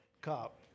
cop